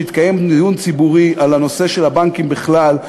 שיתקיים דיון ציבורי על הנושא של הבנקים בכלל,